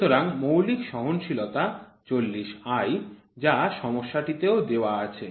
সুতরাং মৌলিক সহনশীলতা ৪০ i যা সমস্যাটিতেও দেওয়া আছে